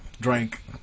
drank